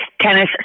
tennis